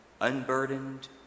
unburdened